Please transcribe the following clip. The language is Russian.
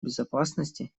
безопасности